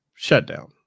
Shutdown